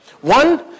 One